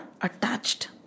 attached